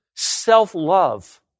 Self-love